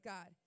God